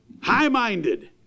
high-minded